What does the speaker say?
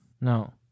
No